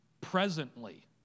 presently